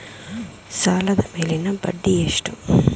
ಸಾಲದ ಮೇಲಿನ ಬಡ್ಡಿ ಎಷ್ಟು?